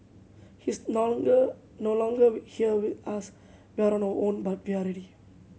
he is no longer no longer here with us we are on our own but we are ready